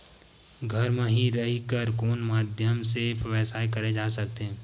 घर म हि रह कर कोन माध्यम से व्यवसाय करे जा सकत हे?